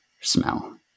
smell